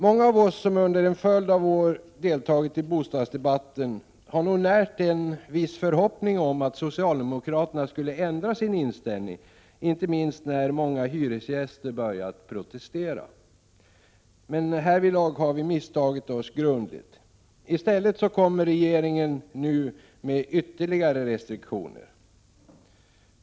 Många av oss som under en följd av år deltagit i bostadsdebatten har nog närt en viss förhoppning om att socialdemokraterna skulle ändra sin inställning, inte minst när många hyresgäster börjat protestera. Men härvidlag har vi misstagit oss grundligt. I stället kommer nu regeringen med ytterligare restriktioner.